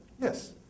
Yes